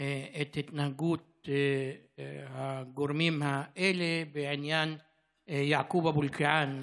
את התנהגות הגורמים האלה בעניין יעקוב אבו אלקיעאן,